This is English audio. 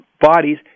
bodies